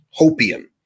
hopium